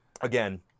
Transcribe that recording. again